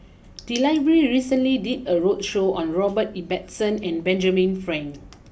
the library recently did a roadshow on Robert Ibbetson and Benjamin Frank